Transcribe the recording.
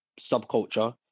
subculture